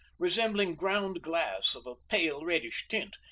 resembling ground glass of a pale reddish tint,